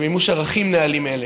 למימוש ערכים נעלים אלו.